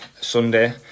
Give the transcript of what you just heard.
Sunday